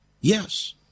Yes